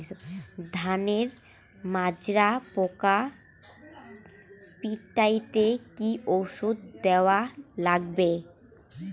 ধানের মাজরা পোকা পিটাইতে কি ওষুধ দেওয়া লাগবে?